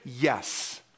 Yes